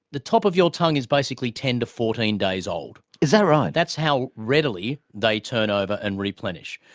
the top of your tongue is basically ten to fourteen days old. is that right? that's how readily they turn over and replenish.